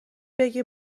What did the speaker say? بگه